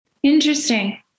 Interesting